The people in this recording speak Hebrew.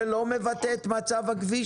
זה לא מבטא את מצב הכביש?